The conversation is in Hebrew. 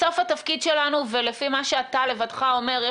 לפי מה שאתה לבדך אומר,